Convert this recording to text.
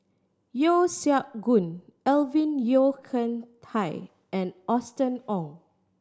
Yeo Siak Goon Alvin Yeo Khirn Hai and Austen Ong